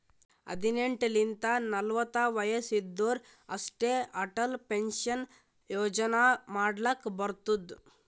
ಹದಿನೆಂಟ್ ಲಿಂತ ನಲ್ವತ ವಯಸ್ಸ್ ಇದ್ದೋರ್ ಅಷ್ಟೇ ಅಟಲ್ ಪೆನ್ಷನ್ ಯೋಜನಾ ಮಾಡ್ಲಕ್ ಬರ್ತುದ್